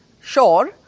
sure